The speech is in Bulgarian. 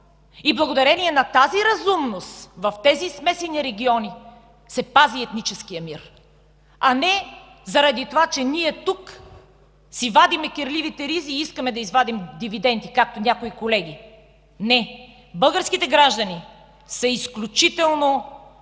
и благодарение на тази разумност в смесените региони се пази етническият мир, а не заради това, че ние тук си вадим кирливите ризи и искаме да извадим дивиденти, както някои колеги. Не, българските граждани са изключително разумни